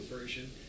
version